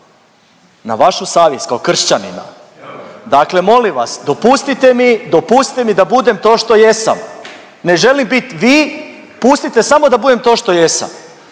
na vašu savjest kao kršćanina, dakle molim vas dopustite mi, dopustite mi da budem to što jesam, ne želim bit vi, pustite samo da budem to što jesam.